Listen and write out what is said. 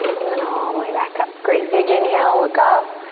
and then all the way back up. great. big inhale, look up.